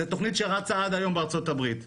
זו תוכנית שרצה עד היום בארצות הברית.